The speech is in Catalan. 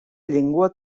llengua